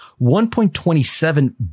1.27